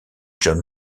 john